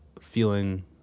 feeling